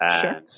sure